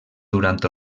durant